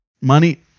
Money